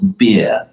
beer